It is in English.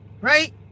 right